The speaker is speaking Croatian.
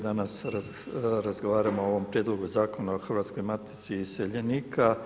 Danas razgovaramo o ovom Prijedlogu zakona o Hrvatskoj matici iseljenika.